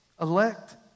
Elect